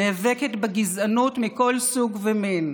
נאבקת בגזענות מכל סוג ומין,